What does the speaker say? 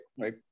right